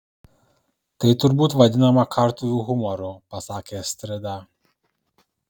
tai turbūt vadinama kartuvių humoru pasakė astrida